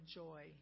joy